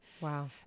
Wow